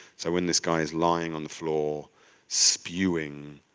so when this guy is lying on the floor spewing